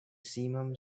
simum